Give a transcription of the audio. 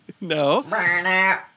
No